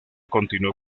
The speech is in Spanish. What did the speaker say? continuó